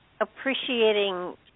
appreciating